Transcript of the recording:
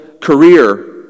career